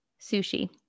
sushi